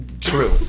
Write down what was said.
True